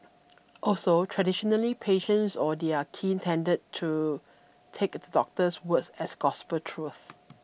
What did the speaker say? also traditionally patients or their kin tended to take the doctor's word as gospel truth